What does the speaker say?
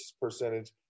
percentage